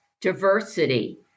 diversity